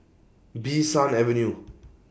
Bee San Avenue